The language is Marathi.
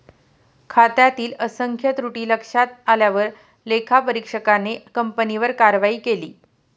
खात्यातील असंख्य त्रुटी लक्षात आल्यावर लेखापरीक्षकाने कंपनीवर कारवाई केली